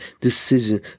decision